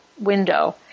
window